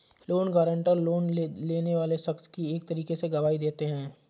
loan guarantor, loan लेने वाले शख्स की एक तरीके से गवाही देते हैं